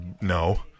no